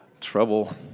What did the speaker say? trouble